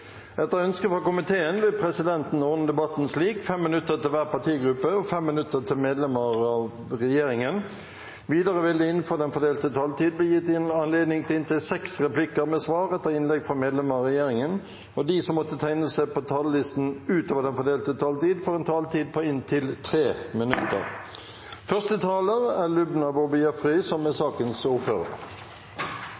Etter ønske fra kontroll- og konstitusjonskomiteen vil presidenten ordne debatten slik: 5 minutter til hver partigruppe og 5 minutter til medlemmer av regjeringen. Videre vil det – innenfor den fordelte taletid – bli gitt anledning til inntil seks replikker med svar etter innlegg fra medlemmer av regjeringen, og de som måtte tegne seg på talerlisten utover den fordelte taletid, får en taletid på inntil 3 minutter. I dag er